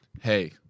hey